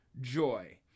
joy